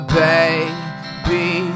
baby